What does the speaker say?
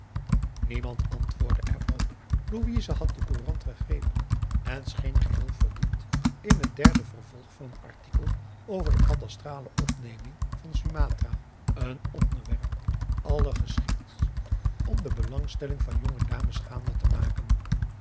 antwoordde er op louise had de courant gegrepen en scheen geheel verdiept in het derde vervolg van een artikel over de kadastrale opneming van sumatra een onderwerp allergeschiktst om de belangstelling van jonge dames gaande te maken